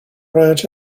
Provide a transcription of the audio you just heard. ranch